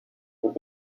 aux